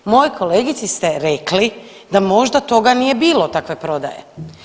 Mojoj kolegici ste rekli da možda toga nije bilo, takve prodaje.